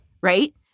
right